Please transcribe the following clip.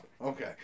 okay